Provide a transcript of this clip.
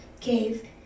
cave